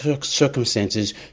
circumstances